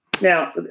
Now